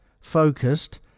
focused